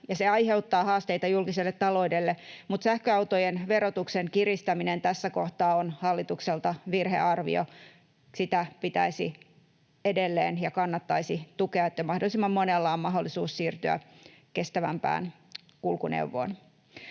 se aiheuttaa haasteita julkiselle taloudelle, mutta sähköautojen verotuksen kiristäminen tässä kohtaa on hallitukselta virhearvio. Sitä pitäisi ja kannattaisi edelleen tukea, niin että mahdollisimman monella on mahdollisuus siirtyä kestävämpään kulkuneuvoon.